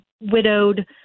widowed